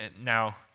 now